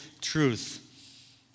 truth